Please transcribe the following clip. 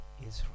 Israel